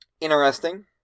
Interesting